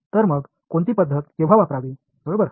तर मग कोणती पद्धत केव्हा वापरावी बरोबर